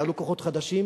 יעלו כוחות חדשים